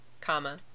comma